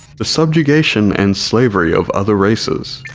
the subjugation and slavery of other races.